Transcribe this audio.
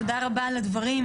תודה רבה על הדברים.